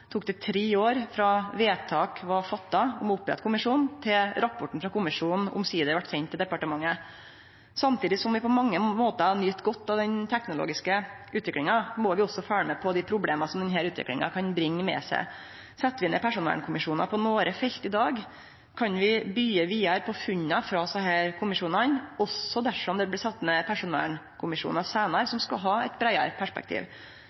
tok det tre år frå vedtak om å opprette kommisjonen var fatta, til rapporten frå kommisjonen omsider vart send til departementet. Samtidig som vi på mange måtar nyt godt av den teknologiske utviklinga, må vi også følgje med på dei problema som denne utviklinga kan bringe med seg. Set vi ned personvernkommisjonar på nokre felt i dag, kan vi byggje vidare på funna frå desse kommisjonane også dersom det seinare blir sett ned personvernkommisjonar som skal ha eit breiare perspektiv.